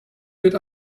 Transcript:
wird